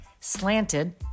Slanted